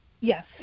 Yes